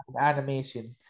animation